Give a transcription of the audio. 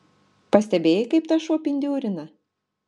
pastebėjai kaip tas šuo pindiūrina